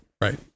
Right